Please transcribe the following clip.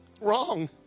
wrong